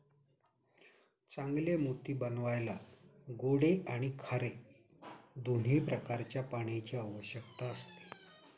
चांगले मोती बनवायला गोडे आणि खारे दोन्ही प्रकारच्या पाण्याची आवश्यकता असते